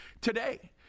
today